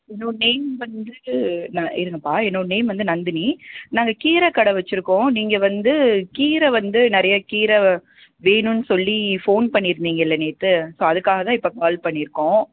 என்னோடய நேம் வந்து நான் இருங்கப்பா என்னோடய நேம் வந்து நந்தினி நாங்கள் கீரை கடை வச்சிருக்கோம் நீங்கள் வந்து கீரை வந்து நிறைய கீரை வேணும்ன்னு சொல்லி ஃபோன் பண்ணியிருந்தீங்கல்ல நேற்று ஸோ அதுக்காகதான் இப்போ கால் பண்ணியிருக்கோம்